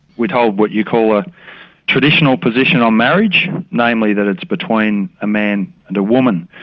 we'd hold what you call a traditional position on marriage, namely that it's between a man and a woman.